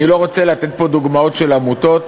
אני לא רוצה לתת פה דוגמאות של עמותות,